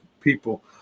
people